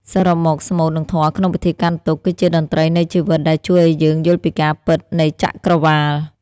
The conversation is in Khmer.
សរុបមក ស្មូត និងធម៌ក្នុងពិធីកាន់ទុក្ខ គឺជាតន្ត្រីនៃជីវិតដែលជួយឱ្យយើងយល់ពីការពិតនៃចក្រវាល។